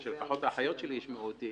כדי שלפחות האחיות שלי ישמעו אותי.